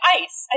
ice